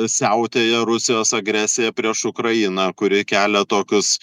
siautėja rusijos agresija prieš ukrainą kuri kelia tokius